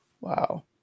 Wow